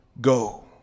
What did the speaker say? go